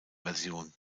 version